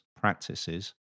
practices